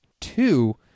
two